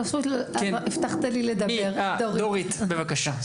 דורית, בבקשה.